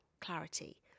clarity